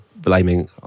blaming